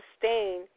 sustain